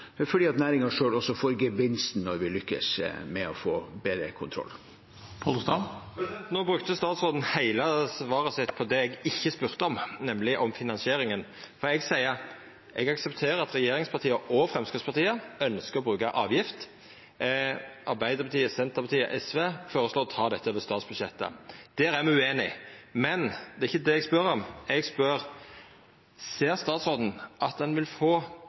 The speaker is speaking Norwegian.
også får gevinsten når vi lykkes med å få bedre kontroll. No brukte statsråden heile svaret sitt på det eg ikkje spurde om, nemleg finansieringa. Eg aksepterer at regjeringspartia og Framstegspartiet ønskjer å bruka avgift. Arbeidarpartiet, Senterpartiet og SV føreslår å ta dette over statsbudsjettet. Der er me ueinige. Men det er ikkje det eg spør om. Eg spør: Ser statsråden at ein vil få